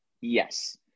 Yes